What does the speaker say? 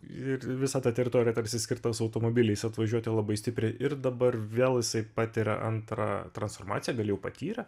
ir visa ta teritorija tarsi skirta su automobiliais atvažiuoti labai stipriai ir dabar vėl jisai patiria antrą transformaciją gal jau patyrė